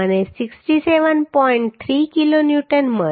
3 kilonewton મળશે